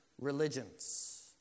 religions